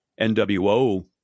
NWO